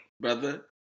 brother